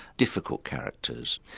difficult characters,